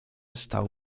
stał